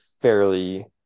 fairly